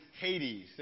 Hades